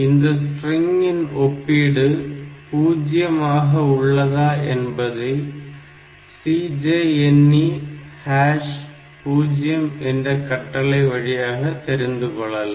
இந்த ஸ்ட்ரிங்கின் ஒப்பீடு 0 ஆக உள்ளதா என்பது CJNE0 என்ற கட்டளை வழியாக தெரிந்துகொள்ளலாம்